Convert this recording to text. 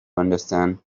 understand